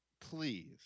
please